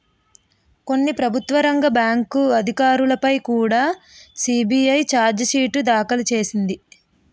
కొన్ని ప్రభుత్వ రంగ బ్యాంకు అధికారులపై కుడా సి.బి.ఐ చార్జి షీటు దాఖలు చేసింది